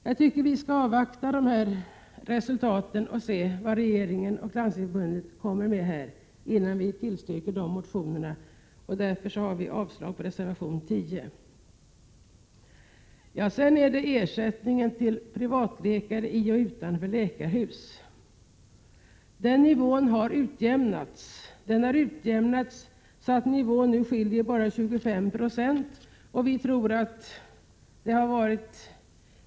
Jag tycker att vi skall avvakta resultaten av dessa undersökningar och se vad regeringen och Landstingsförbundet kommer fram till, innan vi tillstyrker motionsförslag på detta område. Jag yrkar därför avslag på reservation 10. Skillnaderna i nivån för ersättning till läkare som arbetar i och utanför läkarhus har utjämnats. Nivån på arvodeshöjningar för läkare som arbetar i läkarhus uppgick 1987 till 25 70.